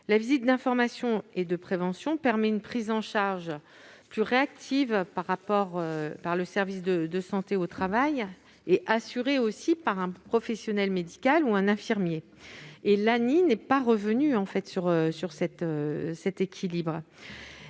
visite d'information et de prévention permet une prise en charge plus réactive par le service de santé au travail ; elle est assurée par un professionnel médical ou un infirmier. L'ANI sur la santé au travail n'est pas revenu sur cet équilibre.